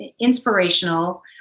inspirational